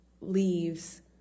leaves